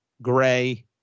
gray